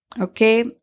Okay